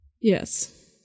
Yes